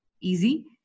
easy